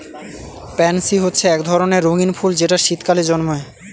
pansy হচ্ছে এক ধরনের রঙিন ফুল যেটা শীতকালে জন্মায়